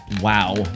Wow